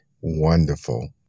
wonderful